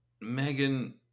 Megan